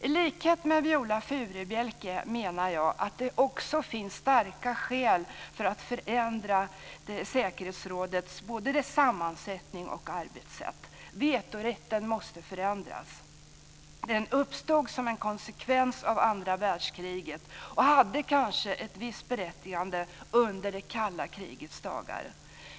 I likhet med Viola Furubjelke menar jag att det också finns starka skäl för att förändra säkerhetsrådets både sammansättning och arbetssätt. Vetorätten måste förändras. Den uppstod som en konsekvens av andra världskriget och hade kanske ett visst berättigande under det kalla krigets dagar.